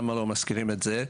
למה לא מזכירים את זה,